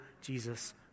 Jesus